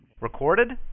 Recorded